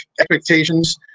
expectations